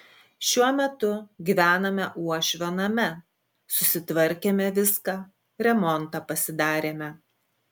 šiuo metu gyvename uošvio name susitvarkėme viską remontą pasidarėme